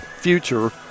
future